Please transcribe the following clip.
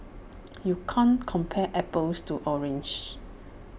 you can't compare apples to oranges